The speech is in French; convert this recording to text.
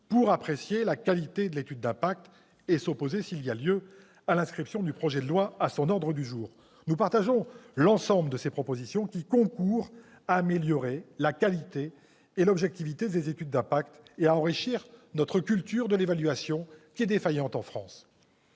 pour apprécier la qualité de l'étude d'impact et s'opposer, s'il y a lieu, à l'inscription de l'examen du projet de loi à son ordre du jour. Nous approuvons l'ensemble de ces propositions, qui concourront à améliorer la qualité et l'objectivité des études d'impact et à enrichir notre culture de l'évaluation. Nous voterons bien entendu